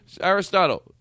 Aristotle